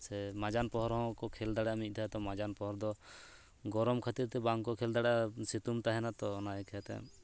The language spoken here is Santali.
ᱥᱮ ᱢᱟᱡᱟᱱ ᱯᱚᱨ ᱦᱚᱸᱠᱚ ᱠᱷᱮᱞ ᱫᱟᱲᱮᱭᱟᱜᱼᱟ ᱢᱤᱫ ᱫᱷᱟᱣ ᱢᱟᱡᱟᱱ ᱯᱚᱨ ᱫᱚ ᱜᱚᱨᱚᱢ ᱠᱷᱟᱹᱛᱤᱨ ᱛᱮ ᱵᱟᱝ ᱠᱚ ᱠᱷᱮᱞ ᱫᱟᱲᱮᱭᱟᱜᱼᱟ ᱥᱤᱛᱩᱝ ᱛᱟᱦᱮᱱᱟᱛᱚ ᱚᱱᱟ ᱟᱹᱭᱠᱟᱹᱣᱛᱮ